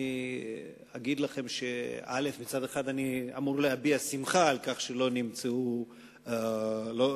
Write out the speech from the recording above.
אני אגיד לכם שמצד אחד אני אמור להביע שמחה על כך שלא נמצאו הוכחות.